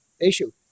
issue